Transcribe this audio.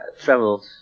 traveled